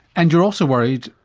and you're also worried,